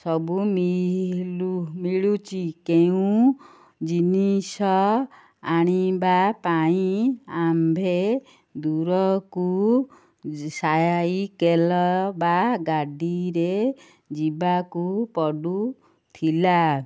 ସବୁ ମିିଳୁ ମିଳୁଛି କେଉଁ ଜିନିଷ ଆଣିବା ପାଇଁ ଆମ୍ଭେ ଦୂରକୁ ସାଇକେଲ ବା ଗାଡ଼ିରେ ଯିବାକୁ ପଡ଼ୁଥିଲା